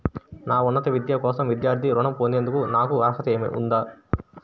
నా ఉన్నత విద్య కోసం విద్యార్థి రుణం పొందేందుకు నాకు అర్హత ఉందా?